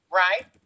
right